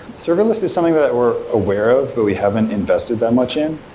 serverless is something that we're aware of, but we haven't invested that much in.